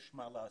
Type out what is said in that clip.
יש מה לעשות,